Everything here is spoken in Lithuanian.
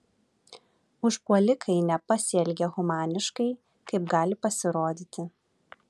užpuolikai nepasielgė humaniškai kaip gali pasirodyti